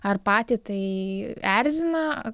ar patį tai erzina